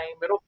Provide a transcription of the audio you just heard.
time